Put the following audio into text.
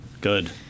Good